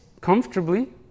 comfortably